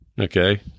Okay